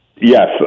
Yes